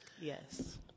Yes